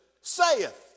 saith